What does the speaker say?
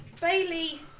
Bailey